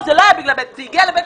זה הגיע לבית